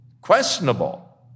questionable